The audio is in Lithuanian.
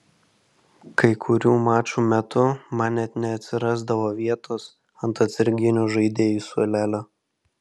kai kurių mačų metu man net neatsirasdavo vietos ant atsarginių žaidėjų suolelio